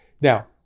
Now